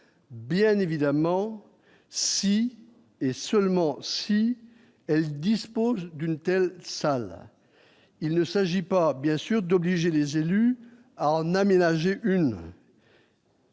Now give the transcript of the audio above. bien évidemment, si et seulement si elle dispose d'une telle salle, il ne s'agit pas bien sûr d'obliger les élus à en aménager une.